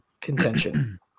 contention